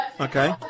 Okay